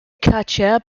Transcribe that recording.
cartier